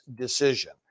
decision